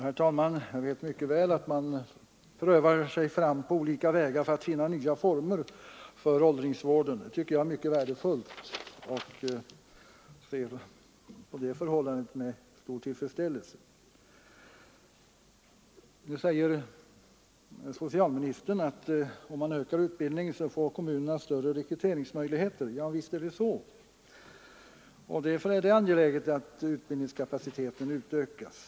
Herr talman! Jag vet mycket väl att man prövar sig fram på olika vägar för att finna nya former för åldringsvården. Det tycker jag är mycket värdefullt, och jag ser på det förhållandet med stor tillfredsställelse. Nu säger socialministern att om man ökar utbildningen får kommunerna större rekryteringsmöjligheter. Visst är det så. Och därför är det angeläget att utbildningskapaciteten utökas.